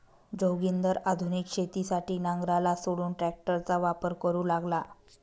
जोगिंदर आधुनिक शेतीसाठी नांगराला सोडून ट्रॅक्टरचा वापर करू लागला